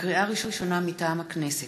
לקריאה ראשונה, מטעם הכנסת: